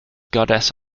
goddess